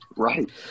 Right